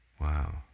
Wow